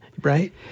right